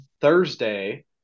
Thursday